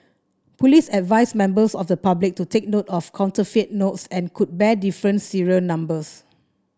police advised members of the public to take note of counterfeit notes and could bear different serial numbers